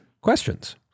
Questions